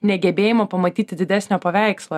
negebėjimo pamatyti didesnio paveikslo